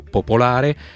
Popolare